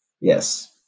Yes